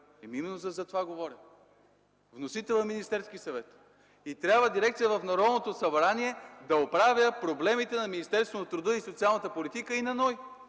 Именно за това говоря. Вносител е Министерският съвет и трябва дирекция в Народното събрание да оправя проблемите на Министерството на труда и социалната политика и на НОИ!